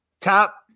top